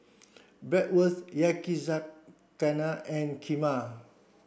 Bratwurst Yakizakana and Kheema